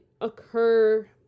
occur